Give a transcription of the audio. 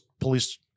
police